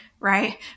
Right